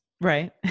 right